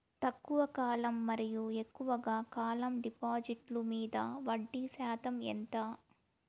తక్కువ కాలం మరియు ఎక్కువగా కాలం డిపాజిట్లు మీద వడ్డీ శాతం ఎంత?